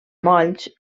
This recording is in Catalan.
molls